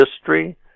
history